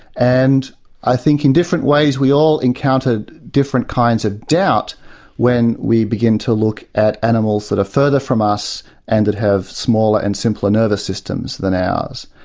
and i think in different ways we all encounter different kinds of doubt when we begin to look at animals that are further from us and that have smaller and simpler nervous systems than ours.